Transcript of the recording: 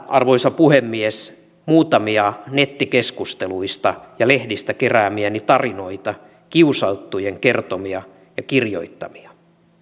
arvoisa puhemies muutamia nettikeskusteluista ja lehdistä keräämiäni tarinoita kiusattujen kertomia ja kirjoittamia